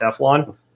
Teflon